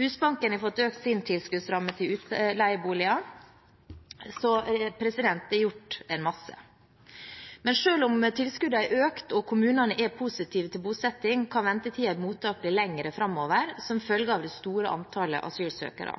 Husbanken har fått økt sin tilskuddsramme til utleieboliger. Så det er gjort en masse. Men selv om tilskuddene er økt og kommunene er positive til bosetting, kan ventetiden i mottak bli lengre framover, som følge av det